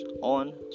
on